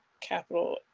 capital